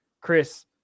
Chris